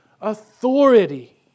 authority